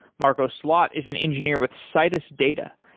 marco slot is an engineer with citus data,